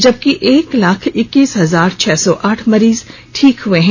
जबकि एक लाख इक्सीस हजार छह सौ आठ मरीज ठीक हुए हैं